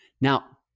Now